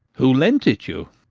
who lent it you?